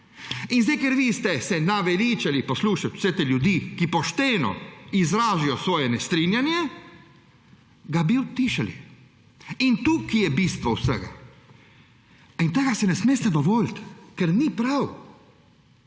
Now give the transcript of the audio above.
In zdaj, ker vi se ste naveličali poslušati vse te ljudi, ki pošteno izrazijo svoje nestrinjanje, bi jih utišali. In tukaj je bistvo vsega. In tega si ne smete dovoliti, ker ni prav.